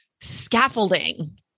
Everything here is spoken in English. scaffolding